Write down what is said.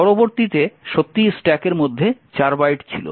পরবর্তীতে সত্যিই স্ট্যাকের মধ্যে 4 বাইট ছিল